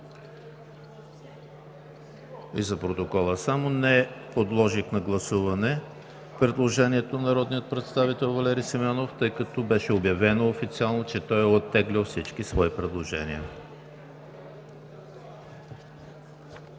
За протокола – не подложих на гласуване предложението на Народния представител Валери Симеонов, тъй като официално беше обявено, че той е оттеглил всички свои предложения.